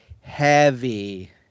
heavy